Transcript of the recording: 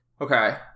Okay